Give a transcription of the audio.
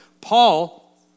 Paul